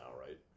right